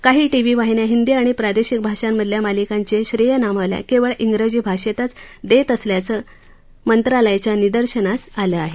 काही टीव्ही वाहिन्या हिंदी आणि प्रादेशिक भाषांमधल्या मालिकांची श्रेयनामावल्या केवळ जिजी भाषेतच देत असल्याचं मंत्रालयाच्या निदर्शनास आलं आहे